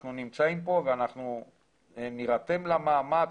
אנחנו נמצאים פה ואנחנו נירתם למאמץ.